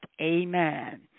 Amen